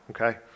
okay